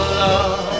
love